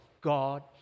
God